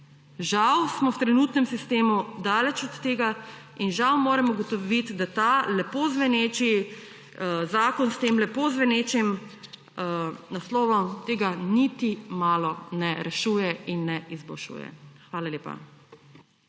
Žal smo v trenutnem sistemu daleč od tega in žal moram ugotoviti, da ta lepo zveneči zakon s tem lepo zvenečim naslovom tega niti malo ne rešuje in ne izboljšuje. Hvala lepa.